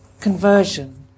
conversion